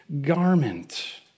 garment